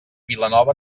vilanova